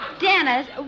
Dennis